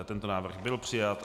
Tento návrh byl přijat.